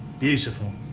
beautiful!